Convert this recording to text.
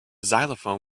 xylophone